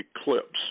eclipse